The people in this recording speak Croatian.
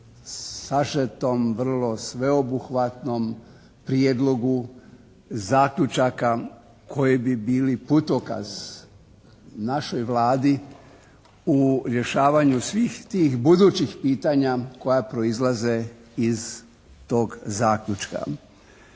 sažetom, vrlo sveobuhvatnom prijedlogu zaključaka koji bi bili putokaz našoj Vladi u rješavanju svih tih budućih pitanja koja proizlaze iz tog zaključka.